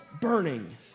burning